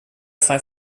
phi